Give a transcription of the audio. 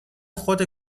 خود